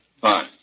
Fine